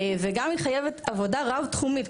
והיא גם חייבת עבודה רב-תחומית,